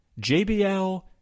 JBL